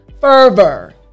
fervor